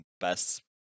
best